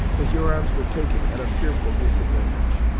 the hurons were taken at a fearful disadvantage.